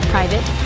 Private